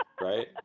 right